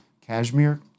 cashmere